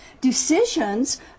decisions